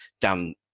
down